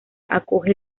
acoge